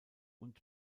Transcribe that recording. und